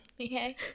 Okay